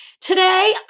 Today